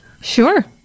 Sure